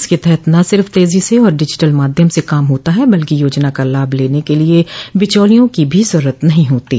इसके तहत न सिर्फ तेजी से और डिजिटल माध्यम से काम होता है बल्कि योजना का लाभ लेने के लिए बिचौलियों की भी जरूरत नहीं होती है